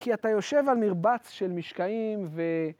כי אתה יושב על מרבץ של משקעים ו...